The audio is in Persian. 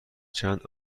چند